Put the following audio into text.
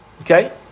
Okay